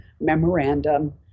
memorandum